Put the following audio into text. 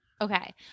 Okay